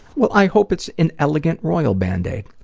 well, i hope it's an elegant royal band aid.